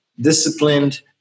disciplined